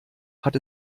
hat